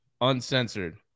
UNCENSORED